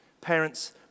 parents